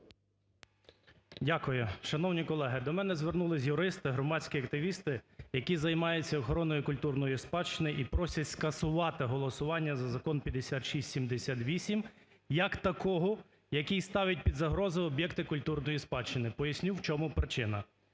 Дякую. Шановні колеги, до мене звернулися юристи, громадські активісти, які займають охороною культурної спадщини і просять скасувати голосування за закон 5678 як такого, який ставить під загрозу об'єкти культурної спадщини, поясню, в чому причина.